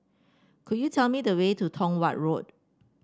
could you tell me the way to Tong Watt Road